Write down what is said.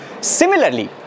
Similarly